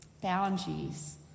Boundaries